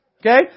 Okay